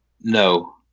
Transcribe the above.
no